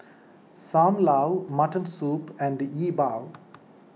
Sam Lau Mutton Soup and E Bua